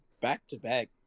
back-to-back